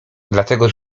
dlatego